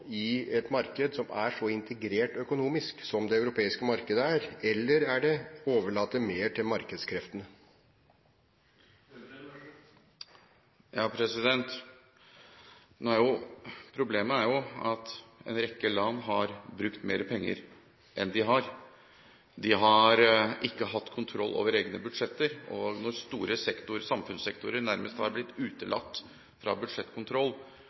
i et marked som er så integrert økonomisk som det europeiske markedet er, eller er løsningen å overlate mer til markedskreftene? Problemet er at en rekke land har brukt mer penger enn de har, de har ikke hatt kontroll over egne budsjetter. Når store samfunnssektorer nærmest har blitt utelatt fra budsjettkontroll,